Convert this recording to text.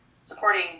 supporting